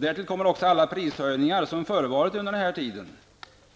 Därtill kommer alla prishöjningar som förekommit under den här tiden.